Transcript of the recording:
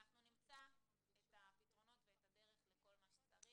אנחנו נמצא את הפתרונות ואת הדרך לכל מה שצריך.